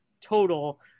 total